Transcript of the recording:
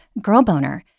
girlboner